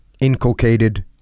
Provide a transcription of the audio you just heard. inculcated